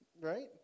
Right